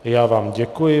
Já vám děkuji.